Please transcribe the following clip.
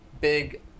big